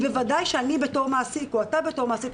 בוודאי שאני או אתה בתור מעסיקים,